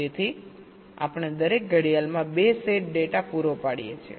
તેથી આપણે દરેક ઘડિયાળમાં 2 સેટ ડેટા પૂરો પાડીએ છીએ